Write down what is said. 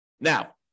Now